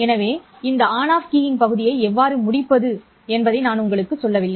எனவே இந்த on off keying பகுதியை எவ்வாறு முடிப்பது என்பதை நான் உங்களுக்குச் சொல்லவில்லை